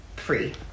Free